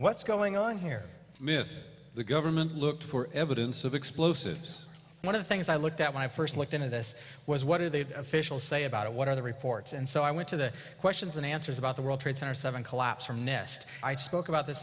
what's going on here miss the government look for evidence of explosives one of the things i looked at when i first looked into this was what are they officials say about it what are the reports and so i went to the questions and answers about the world trade center seven collapse from nest i spoke about this